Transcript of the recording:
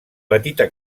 petita